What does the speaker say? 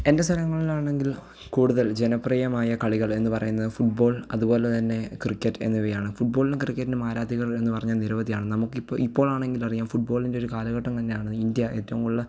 എൻ്റെ സ്ഥലങ്ങളിലാണെങ്കിൽ കൂടുതൽ ജനപ്രിയമായ കളികൾ എന്ന് പറയുന്നത് ഫുട്ബോൾ അതുപോലെ തന്നെ ക്രിക്കറ്റ് എന്നിവയാണ് ഫുട്ബോളിനും ക്രിക്കറ്റിനും ആരാധികർ എന്ന് പറഞ്ഞാൽ നിരവധിയാണ് നമുക്കിപ്പോൾ ഇപ്പോഴാണെങ്കിൽ അറിയാം ഫുട്ബോളിൻ്റെ ഒരു കാലഘട്ടം തന്നെയാണ് ഇന്ത്യ ഏറ്റോം കൂടുതൽ